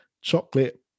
chocolate